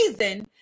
reason